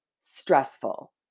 stressful